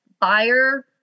Buyer